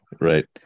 Right